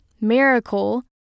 miracle